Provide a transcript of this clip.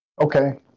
Okay